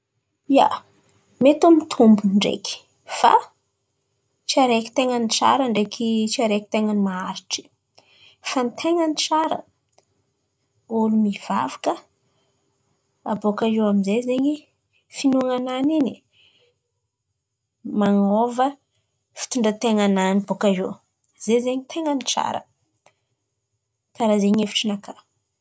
Ia, mety mitombon̈o ndraiky fà tsy araiky ten̈a ny tsara ndraiky tsy araiky ten̈a ny maharitry. Fa ny ten̈a ny tsara ôlo mivavaka, abôkà eo amin'zay zen̈y finon̈a-nany in̈y man̈ôva fitondran-ten̈anany bôkà eo, zay zen̈y ten̈a ny tsara. Kàra zay zen̈y hevitry nakà.